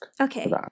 Okay